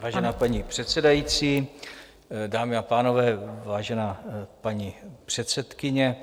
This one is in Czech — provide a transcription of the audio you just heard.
Vážená paní předsedající, dámy a pánové, vážená paní předsedkyně.